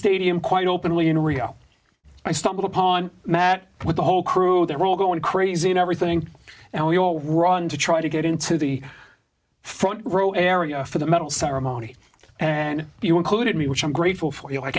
stadium quite openly in rio i stumbled upon matt with the whole crew there all going crazy and everything and we all ran to try to get into the front row area for the medal ceremony and you included me which i'm grateful for you